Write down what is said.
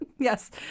Yes